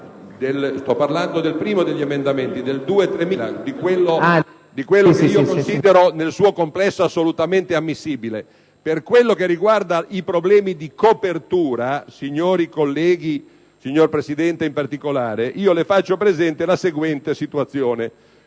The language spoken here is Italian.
MORANDO *(PD)*. Dell'emendamento 2.3000, di quello che io considero nel suo complesso assolutamente ammissibile. Per quel che riguarda i problemi di copertura, signori colleghi e signor Presidente in particolare, faccio presente la seguente situazione: